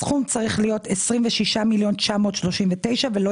הסכום צריך להיות 26,939,000 ולא